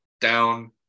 down